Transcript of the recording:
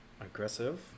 aggressive